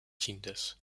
kindes